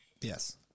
yes